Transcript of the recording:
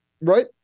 right